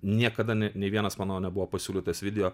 niekada nei vienas mano nebuvo pasiūlytas video